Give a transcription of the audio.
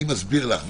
אני מסביר לך,